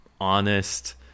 honest